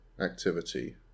activity